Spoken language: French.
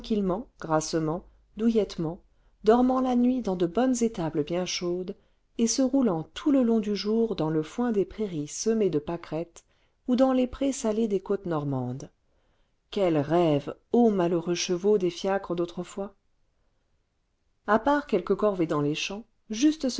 grassement douillettement dormant la nuit dans de bonnes étables bien chaudes et se roulant tout le long du jour dans le foin des prairies semées de pâquerettes ou dans les prés salés des côtes normandes quel rêve ô malheureux chevaux des fiacres d'autrefois a part quelques corvées dans les champs juste